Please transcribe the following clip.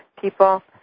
people